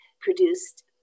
produced